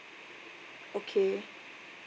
okay